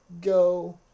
go